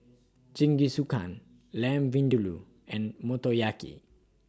Jingisukan Lamb Vindaloo and Motoyaki